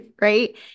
right